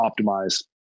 optimize